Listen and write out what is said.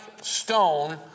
stone